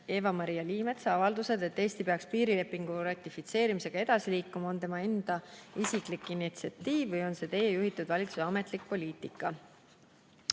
Eva-Maria Liimetsa avaldused, et Eesti peaks piirilepingu ratifitseerimisega edasi liikuma on tema enda isiklik initsiatiiv või on see Teie juhitud valitsuse ametlik poliitika?"